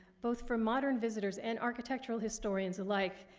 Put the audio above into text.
both for modern visitors and architectural historians alike,